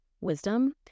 wisdom